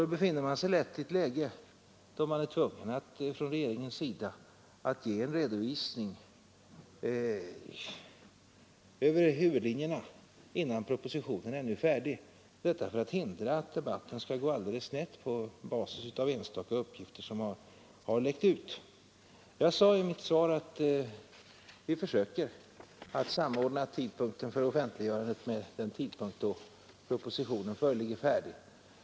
Då hamnar regeringen lätt i ett sådant läge att den är tvungen att ge en redovisning för huvudlinjerna innan propositionen ännu är färdigtryckt, detta för att hindra att debatten går alldeles snett på basis av enstaka och kanske missvisande uppgifter som läckt ut. Jag sade i mitt svar att vi försöker samordna tidpunkten för offentliggörandet med den tidpunkt då propositionen föreligger färdig.